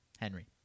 Henry